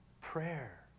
prayer